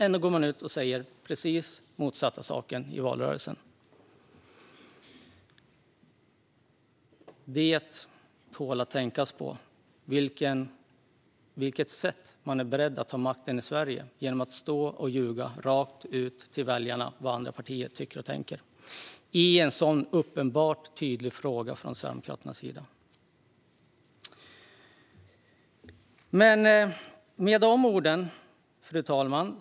Ändå gick man ut och sa precis det motsatta i valrörelsen. Det tål att tänkas på, vilket sätt man är beredd att ta till för att ta makten i Sverige - att stå och ljuga rakt ut för väljarna om vad andra partier tycker och tänker, dessutom i en fråga där Sverigedemokraterna är så tydliga. Fru talman!